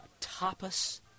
Tapas